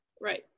Right